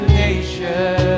nation